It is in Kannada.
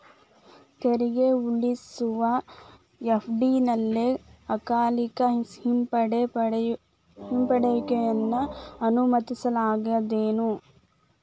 ತೆರಿಗೆ ಉಳಿಸುವ ಎಫ.ಡಿ ಅಲ್ಲೆ ಅಕಾಲಿಕ ಹಿಂಪಡೆಯುವಿಕೆಯನ್ನ ಅನುಮತಿಸಲಾಗೇದೆನು?